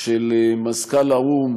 ממזכ"ל האו"ם